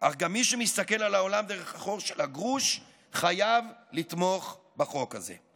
אך גם מי שמסתכל על העולם דרך החור של הגרוש חייב לתמוך בחוק הזה.